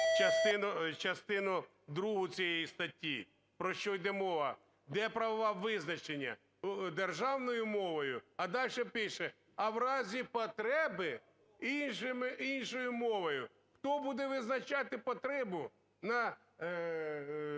частину другу цієї статті, про що йде мова. Де правове визначення… державною мовою, а дальше пише: "а в разі потреби іншою мовою". Хто буде визначати потребу на